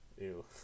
Ew